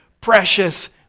precious